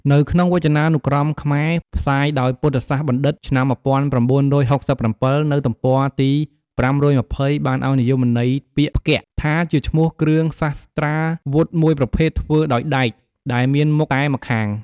នៅក្នុងវចនានុក្រមខ្មែរ ផ្សាយដោយពុទ្ធសាសនបណ្ឌិត្យ ឆ្នាំ១៩៦៧ នៅទំព័រទី៥២០ បានឲ្យនិយមន័យពាក្យ "ផ្គាក់" ថាជាឈ្មោះគ្រឿងសស្ត្រាវុធមួយប្រភេទធ្វើដោយដែក ដែលមានមុខតែម្ខាង។